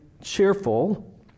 cheerful